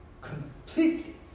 completely